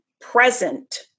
present